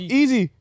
easy